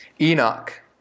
Enoch